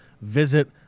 visit